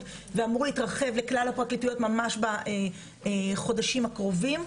ואמור להתרחב לכלל הפרקליטויות ממש בחודשים הקרובים.